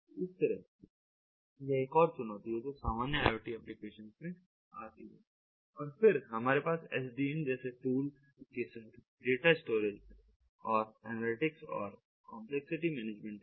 तो इस तरह यह एक और चुनौती है जो सामान्य IoT इंप्लीमेंटेशन में आती है है और फिर हमारे पास SDN जैसे टूल के साथ डेटा स्टोरेज और एनालिटिक्स और कॉम्पलेक्सिटी मैनेजमेंट है